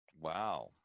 Wow